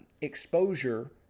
exposure